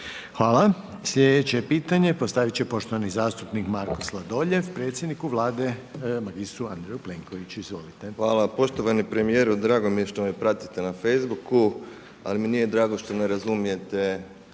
Hvala. Slijedeće putanje postavit će poštovani zastupnik Marko Sladoljev predsjedniku Vlade mr. Andreju Plenkoviću, izvolite. **Sladoljev, Marko (MOST)** Hvala. Poštovani premijeru, drago mi je što me pratite na Facebooku, ali mi nije drago što ne razumijete